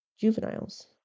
juveniles